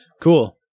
Cool